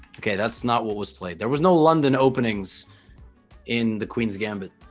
okay that's not what was played there was no london openings in the queen's gambit